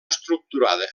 estructurada